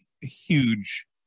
huge